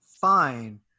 fine